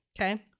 Okay